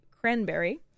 Cranberry